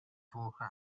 volgen